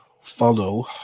follow